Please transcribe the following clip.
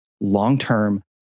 long-term